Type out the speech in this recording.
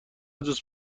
دوست